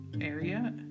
area